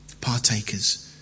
partakers